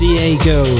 Diego